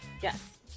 Yes